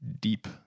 deep